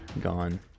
gone